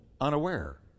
unaware